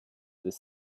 des